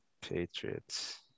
Patriots